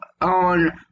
on